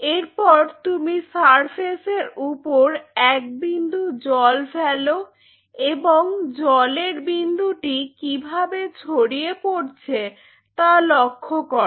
এরপর তুমি সারফেসের উপর এক বিন্দু জল ফেলো এবং জলের বিন্দুটি কিভাবে ছড়িয়ে পড়ছে তা লক্ষ্য করো